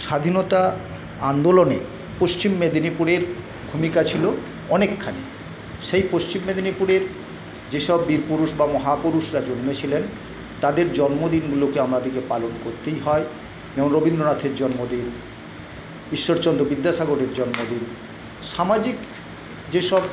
স্বাধীনতা আন্দোলনে পশ্চিম মেদিনীপুরের ভূমিকা ছিলো অনেকখানি সেই পশ্চিম মেদিনীপুরের যে সব বীরপুরুষ বা মহাপুরুষরা জন্মেছিলেন তাদের জন্মদিনগুলোকে আমাদেরকে পালন করতেই হয় রবীন্দ্রনাথের জন্মদিন ঈশ্বরচন্দ্র বিদ্যাসাগরের জন্মদিন সামাজিক যেসব